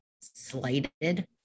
slighted